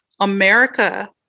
America